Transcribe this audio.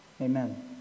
Amen